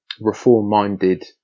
reform-minded